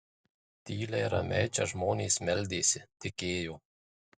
tyliai ramiai čia žmonės meldėsi tikėjo